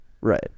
right